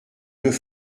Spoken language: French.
deux